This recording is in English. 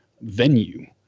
venue